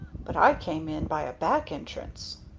but i came in by a back entrance.